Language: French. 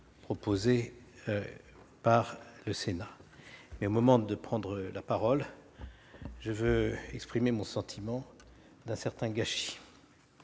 proposées par le Sénat. Au moment de prendre la parole, je veux exprimer le sentiment d'un certain gâchis.